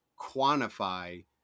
quantify